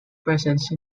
presence